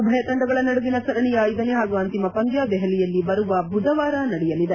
ಉಭಯ ತಂಡಗಳ ನಡುವಿನ ಸರಣಿಯ ಐದನೇ ಹಾಗೂ ಅಂತಿಮ ಪಂದ್ಯ ದೆಹಲಿಯಲ್ಲಿ ಬರುವ ಬುಧವಾರ ನಡೆಯಲಿದೆ